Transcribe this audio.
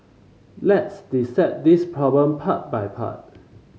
let's dissect this problem part by part